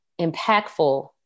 impactful